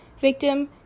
Victim